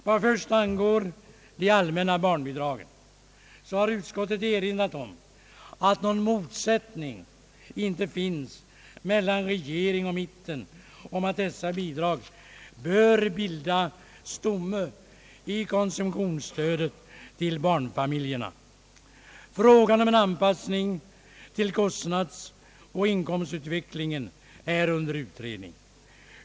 Vad först angår de allmänna barnbidragen har utskottet erinrat om att någon motsättning inte finns mellan regeringen och mittenpartierna om att dessa bidrag bör bilda stomme i konsumtionsflödet till barnfamiljerna. Frågan om en anpassning till kostnadsoch inkomstutvecklingen är under utredning.